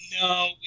no